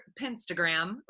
Pinterest